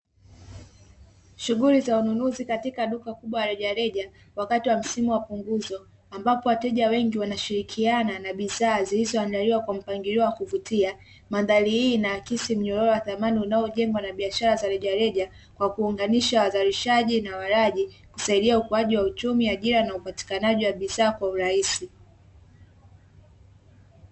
Shughuli za wanunuzi katika duka kubwa la rejareja wakati wa msimu wa punguzo, ambapo wateja wengi wanashirikiana na bidhaa zilizoandaliwa kwa mpangilio wa kuvutia, madhali hii inaakisi mnyororo wa thamani unaojengwa na bishara za rejareja kwa kuunganisha wazalishaji na walaji, kusaidia ukuaji wa uchumi ajira na upatikanaji wa bidhaa kwa urahisi.